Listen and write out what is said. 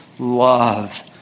Love